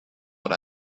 what